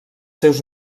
seus